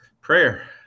Prayer